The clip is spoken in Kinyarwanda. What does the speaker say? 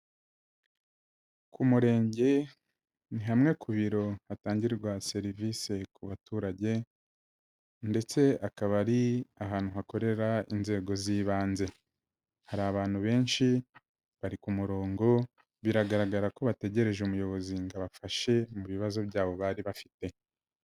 Ku Murenge ni hamwe ku biro hatangirwa serivise ku baturage ndetse akaba ari ahantu hakorera inzego z'ibanze, hari abantu benshi, bari ku murongo, biragaragara ko bategereje umuyobozi ngo abafashe mu bibazo byabo bari bafite.